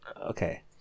Okay